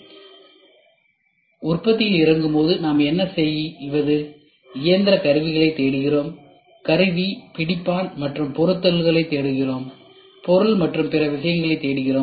எனவே அது உற்பத்தியில் இறங்கும்போது நாம் இயந்திர கருவிகளைத் தேடுகிறோம் கருவி பிடிப்பான் மற்றும் பொருத்துதல்களைத் தேடுகிறோம் பொருள் மற்றும் பிற விஷயங்களைத் தேடுகிறோம்